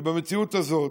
ובמציאות הזאת